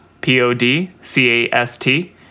P-O-D-C-A-S-T